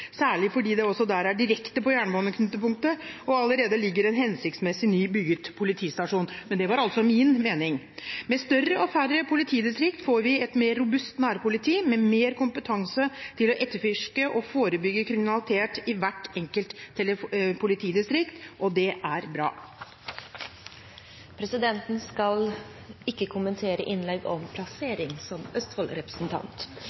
særlig fordi det der er direkte på jernbaneknutepunktet og allerede ligger en hensiktsmessig nybygd politistasjon – men det var altså min mening. Med større og færre politidistrikt får vi et mer robust nærpoliti med mer kompetanse til å etterforske og forebygge kriminalitet i hvert enkelt politidistrikt – og det er bra. Presidenten skal, som Østfold-representant, ikke kommenterer innlegg om plassering!